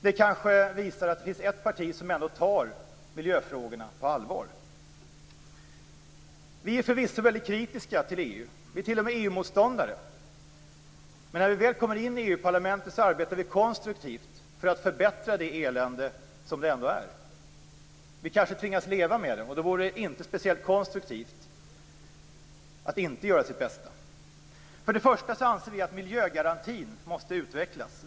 Det visar kanske att det finns ett parti som ändå tar miljöfrågorna på allvar. Vi är förvisso väldigt kritiska till EU. Vi är t.o.m. EU-motståndare. Men när vi väl kommer in i EU parlamentet arbetar vi konstruktivt för att förbättra det elände som det ändå innebär. Vi kanske tvingas leva med det, och då vore det inte speciellt konstruktivt att inte göra sitt bästa. För det första: Vi anser att miljögarantin måste utvecklas.